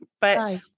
but-